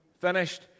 finished